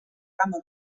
trama